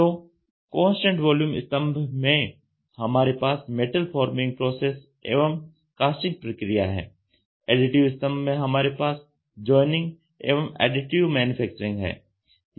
तो constant volume स्तंभ में हमारे पास मेटल फॉर्मिंग प्रोसेस एवं कास्टिंग प्रक्रिया है एडिटिव स्तंभ में हमारे पास जॉइनिंग एवं एडिटिव मैन्युफैक्चरिंग है